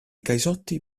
caisotti